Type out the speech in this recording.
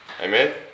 Amen